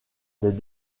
des